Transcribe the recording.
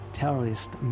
terrorist